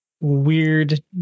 weird